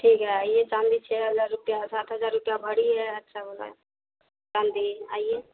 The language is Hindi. ठीक है आइए चाँदी छह हज़ार रुपया सात हज़ार रुपया भरी है अच्छी वाली चाँदी आइए